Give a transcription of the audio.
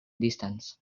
distance